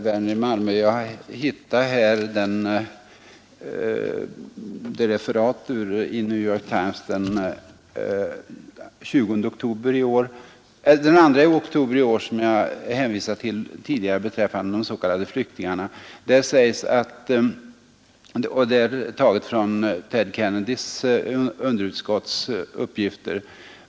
Herr talman! Jag hittade, herr Werner i Malmö, det referat ur New York Times av den 2 oktober i år som jag hänvisade till tidigare beträffande de s.k. flyktingarna. Referatet avser uppgifter som lämnats i senator Ted Kennedys underutskott för flyktingar.